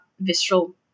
visceral